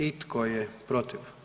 I tko je protiv?